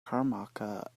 comarca